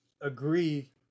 agree